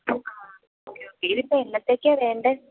ഇതിപ്പോൾ എന്നത്തേക്കാണ് വേണ്ടത്